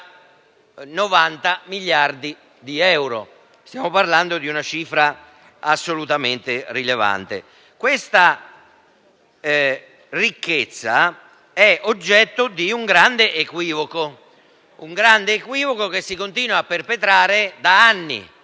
90 miliardi di euro: stiamo parlando di una cifra assolutamente rilevante. Questa ricchezza è oggetto di un grande equivoco, che si continua a perpetrare da anni,